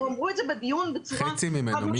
הם אמרו את זה בדיון בצורה חד-משמעית.